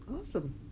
Awesome